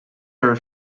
her